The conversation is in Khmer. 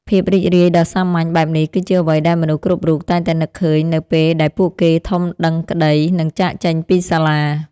ភាពរីករាយដ៏សាមញ្ញបែបនេះគឺជាអ្វីដែលមនុស្សគ្រប់រូបតែងតែនឹកឃើញនៅពេលដែលពួកគេធំដឹងក្តីនិងចាកចេញពីសាលា។